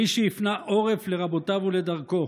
מי שהפנה עורף לרבותיו ולדרכו